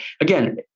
again